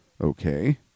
Okay